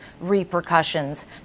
repercussions